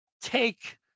take